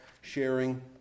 sharing